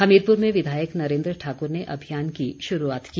हमीरपुर में विधायक नरेन्द्र ठाकुर ने अभियान की शुरूआत की